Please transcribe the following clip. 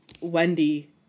Wendy